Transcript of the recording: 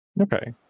Okay